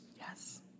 Yes